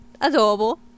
adorable